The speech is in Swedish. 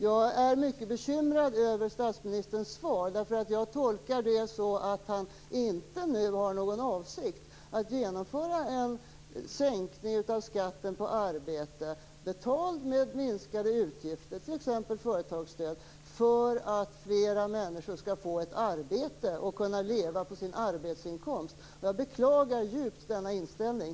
Jag är mycket bekymrad över statsministern svar, därför att jag tolkar det så att han inte nu har någon avsikt att genomföra en sänkning av skatten på arbete, betald med minskade utgifter, t.ex. företagsstöd, för att flera människor skall få ett arbete och kunna leva på sin arbetsinkomst. Jag beklagar djupt denna inställning.